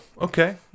okay